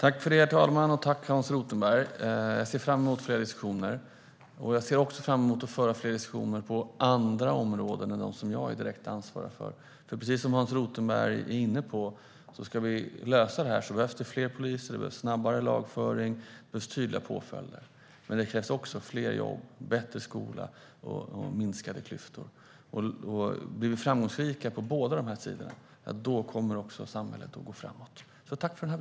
Herr talman! Tack, Hans Rothenberg! Jag ser fram emot fler diskussioner. Jag ser också fram emot att föra fler diskussioner på andra områden än de som jag är direkt ansvarig för. Om vi ska lösa detta behövs det, precis som Hans Rothenberg är inne på, fler poliser, snabbare lagföring och tydliga påföljder. Men det krävs också fler jobb, bättre skola och minskade klyftor. Blir vi framgångsrika på båda dessa sidor kommer också samhället att gå framåt. Tack för debatten!